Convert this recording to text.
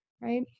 Right